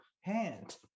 hand